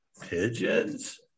Pigeons